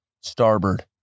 Starboard